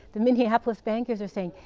the minneapolis bankers are saying,